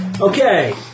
Okay